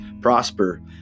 prosper